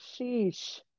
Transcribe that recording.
sheesh